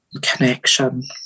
Connection